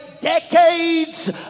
decades